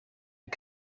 est